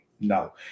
no